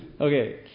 Okay